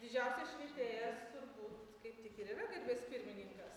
didžiausias švietėjas turbūt kaip tik ir yra garbės pirmininkas